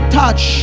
touch